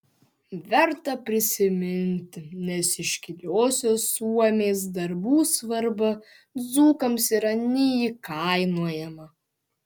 verta prisiminti nes iškiliosios suomės darbų svarba dzūkams yra neįkainojama